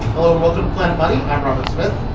hello, and welcome to planet money. i'm robert smith.